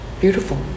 Beautiful